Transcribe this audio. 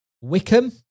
Wickham